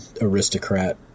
aristocrat